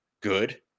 good